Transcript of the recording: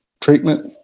treatment